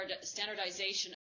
standardization